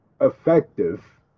effective